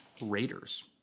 Raiders